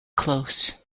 close